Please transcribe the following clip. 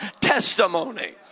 testimony